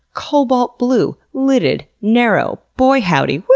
cobalt blue. lidded. narrow. boy howdy, whew!